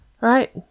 Right